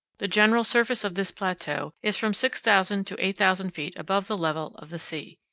the general surface of this plateau is from six thousand to eight thousand feet above the level of the sea.